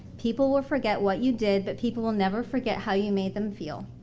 people will forget what you did, but people will never forget how you made them feel.